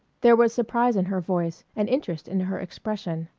there was surprise in her voice and interest in her expression.